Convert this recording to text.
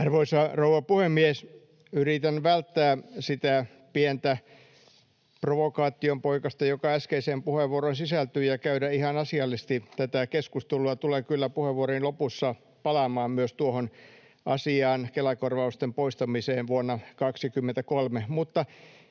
Arvoisa rouva puhemies! Yritän välttää sitä pientä provokaationpoikasta, joka äskeiseen puheenvuoroon sisältyy, ja käydä ihan asiallisesti tätä keskustelua. Tulen kyllä puheenvuoroni lopussa palaamaan myös tuohon asiaan, Kela-korvausten poistamiseen vuonna 23.